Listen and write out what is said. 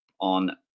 on